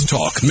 Talk